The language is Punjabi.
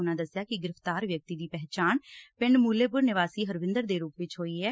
ਉਨਾਂ ਦਸਿਆ ਕਿ ਗ੍ਹਿਫ਼ਤਾਰ ਵਿਅਕਤੀ ਦੀ ਪਹਿਚਾਣ ਪਿੰਡ ਮੁਲੇਪੁਰ ਨਿਵਾਸੀ ਹਰਵਿੰਦਰ ਦੇ ਰੁਪ ਚ ਹੋਈ ਏ